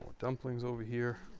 dumplings over here.